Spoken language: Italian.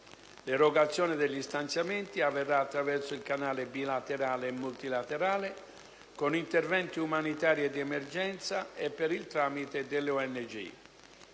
L'erogazione degli stanziamenti avverrà attraverso il canale bilaterale e multilaterale, con interventi umanitari e di emergenza e per il tramite delle ONG.